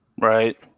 Right